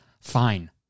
Fine